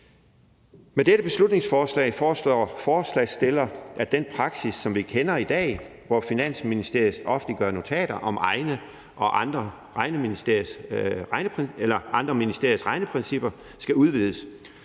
Med dette beslutningsforslag foreslår forslagsstillerne, at den praksis, som vi kender i dag, hvor Finansministeriet offentliggør notater om egne og andre ministeriers regneprincipper, skal udvides,